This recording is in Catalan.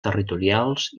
territorials